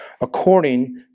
according